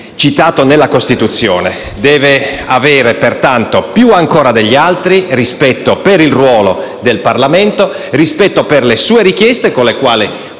citato nella Costituzione. Deve avere pertanto, più ancora degli altri, rispetto per il ruolo del Parlamento, rispetto per le sue richieste, con le quali